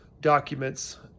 documents